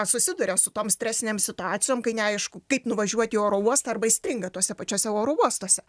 susiduria su tom stresinėm situacijom kai neaišku kaip nuvažiuoti į oro uostą arba įstringa tuose pačiuose oro uostuose